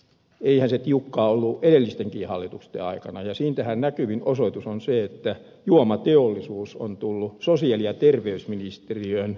eihän se tiukkaa ollut edellistenkään hallitusten aikana ja siitähän näkyvin osoitus on se että juomateollisuus on tullut sosiaali ja terveysministeriöön asiantuntijaelimeen